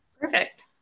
Perfect